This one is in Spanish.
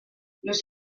los